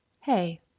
Hey